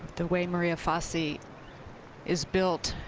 the way maria fassi is built,